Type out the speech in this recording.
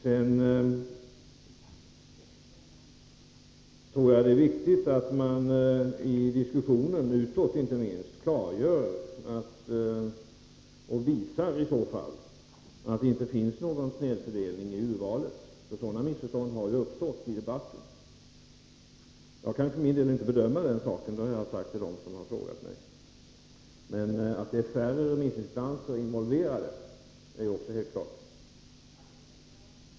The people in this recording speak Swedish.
Jag tror att det är viktigt att man inte minst i diskussionen utåt klargör att det inte finns någon snedfördelning i urvalet, för sådana missförstånd har uppstått i debatten. Jag kan för min del inte bedöma den saken — det har jag sagt till dem som har frågat mig — men att det är färre remissinstanser involverade är helt klart.